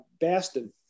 Bastin